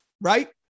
right